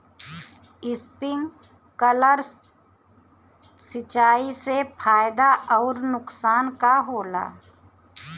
Sprinkler सिंचाई से फायदा अउर नुकसान का होला?